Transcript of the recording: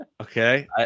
Okay